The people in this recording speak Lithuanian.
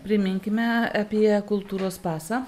priminkime apie kultūros pasą